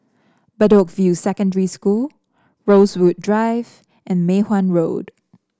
Bedok View Secondary School Rosewood Drive and Mei Hwan Road